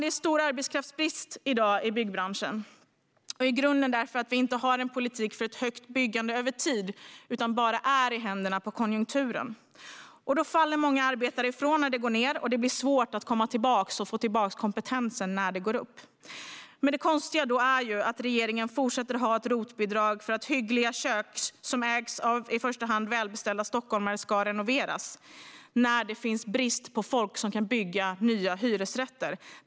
Det råder stor arbetskraftsbrist i byggbranschen i dag, i grunden därför att vi inte har en politik för ett högt byggande över tid utan bara är i händerna på konjunkturen. Då faller många arbetare ifrån när det går ned, och det blir svårt att få tillbaka kompetensen när det går upp. Det konstiga är att regeringen fortsätter att ha ett ROT-bidrag för att hyggliga kök som ägs av i första hand välbeställda stockholmare ska kunna renoveras, när det är brist på folk som kan bygga nya hyresrätter.